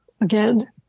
again